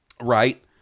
Right